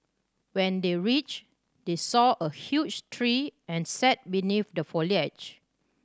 when they reached they saw a huge tree and sat beneath the foliage